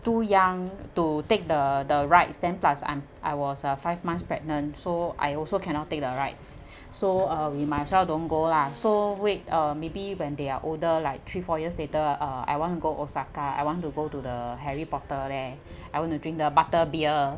too young to take the the rides then plus I'm I was uh five months pregnant so I also cannot take the rides so uh we might as well don't go lah so wait uh maybe when they are older like three four years later uh I want go osaka I want to go to the harry potter leh I want to drink the butter beer